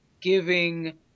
giving